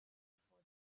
before